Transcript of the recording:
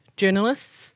journalists